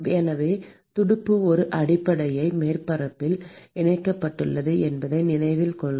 எனவே துடுப்பு ஒரு அடிப்படை மேற்பரப்பில் இணைக்கப்பட்டுள்ளது என்பதை நினைவில் கொள்க